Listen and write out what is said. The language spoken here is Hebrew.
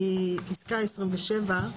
מפסקה 27 ונקרא אותה.